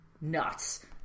nuts